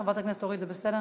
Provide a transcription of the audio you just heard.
חברת הכנסת אורית, זה בסדר?